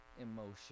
emotion